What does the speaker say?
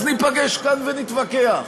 אז ניפגש כאן ונתווכח.